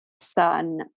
son